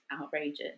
outrageous